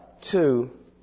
two